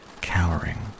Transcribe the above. cowering